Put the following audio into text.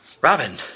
Robin